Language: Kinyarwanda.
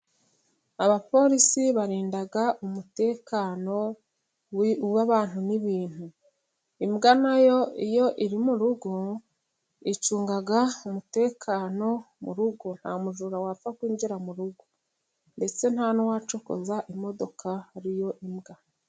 Abapolisi barinda umutekano uw'abantu n'ibintu. Imbwa na yo iyo iri mu rugo, icunga umutekano mu rugo. Nta mujura wapfa kwinjira mu rugo, ndetse nta n'uwacokoza imodoka hariyo imbwa.